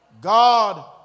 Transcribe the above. God